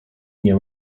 nie